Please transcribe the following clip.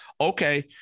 Okay